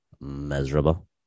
miserable